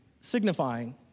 signifying